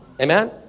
Amen